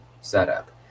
setup